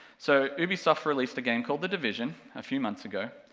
so, ubisoft released a game called the division a few months ago,